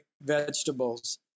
vegetables